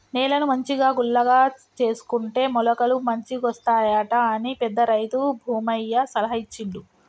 నేలను మంచిగా గుల్లగా చేసుకుంటే మొలకలు మంచిగొస్తాయట అని పెద్ద రైతు భూమయ్య సలహా ఇచ్చిండు